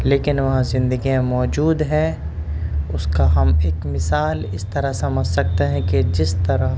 لیکن وہاں زندگیاں موجود ہیں اس کا ہم ایک مثال اس طرح سمجھ سکتے ہیں کہ جس طرح